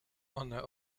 one